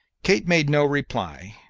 kate made no reply,